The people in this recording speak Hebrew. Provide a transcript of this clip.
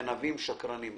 גנבים או שקרנים.